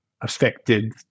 affected